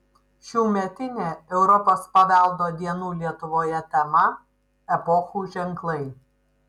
šiųmetinė europos paveldo dienų lietuvoje tema epochų ženklai